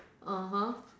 (uh huh)